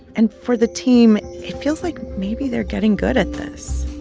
and for the team, it feels like maybe they're getting good at this